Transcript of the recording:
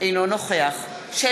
אינו נוכח שלי